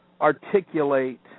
articulate